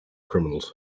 criminals